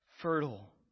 fertile